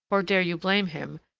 or dare you blame him,